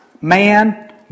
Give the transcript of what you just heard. man